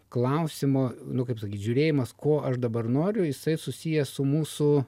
klausimo nu kaip sakyt žiūrėjimas ko aš dabar noriu jisai susijęs su mūsų